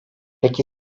peki